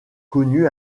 connu